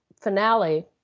finale